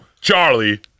Charlie